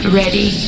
ready